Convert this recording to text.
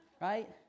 Right